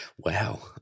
Wow